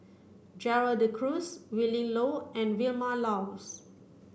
Gerald De Cruz Willin Low and Vilma Laus